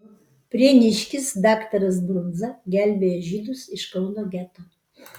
prieniškis daktaras brundza gelbėjo žydus iš kauno geto